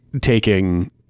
taking